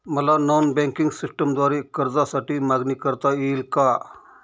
मला non banking सिस्टमद्वारे कर्जासाठी मागणी करता येईल का?